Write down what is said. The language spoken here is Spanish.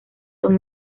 son